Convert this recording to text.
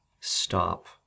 stop